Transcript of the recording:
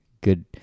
Good